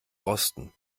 rosten